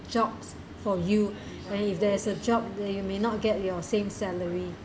jobs for you when is there a job that you may not get your same salary